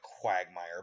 quagmire